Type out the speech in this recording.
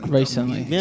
recently